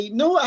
no